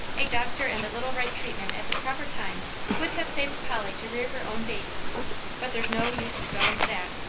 a doctor and a little right treatment at the proper time would have saved polly to rear her own baby but there's no use to go into that.